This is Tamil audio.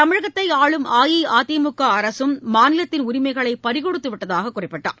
தமிழகத்தை ஆளும் அஇஅதிமுக அரசும் மாநிலத்தின் உரிமைகளை பறிகொடுத்துவிட்டதாக குறிப்பிட்டார்